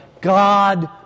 God